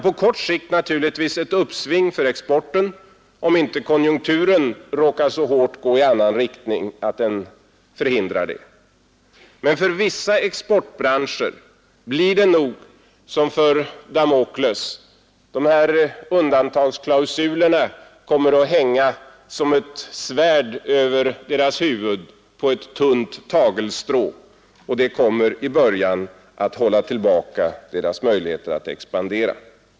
På kort sikt naturligtvis ett uppsving för exporten, om inte konjunkturen råkar gå så hårt i annan riktning att den förhindrar det. Men för vissa exportbranscher blir det nog som för Damokles. De här undantagsklausulerna kommer att hänga som ett svärd över deras huvuden, och det kommer i början att hålla tillbaka deras möjligheter att expandera.